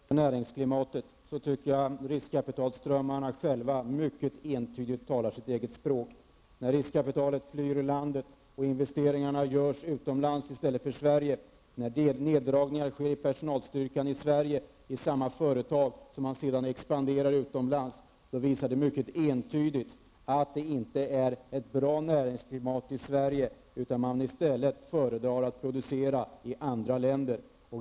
Herr talman! När det gäller näringsklimatet tycker jag att riskkapitalströmmarna själva talar sitt helt entydiga språk. När riskkapitalet flyr landet, när investeringarna görs utomlands i stället för i Sverige, när neddragningar sker av personalstyrkan i Sverige i samma företag som man sedan expanderar utomlands, visar det entydigt att det inte är ett bra näringsklimat i Sverige utan att man föredrar att producera i andra länder.